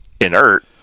inert